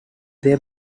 they